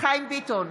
חיים ביטון,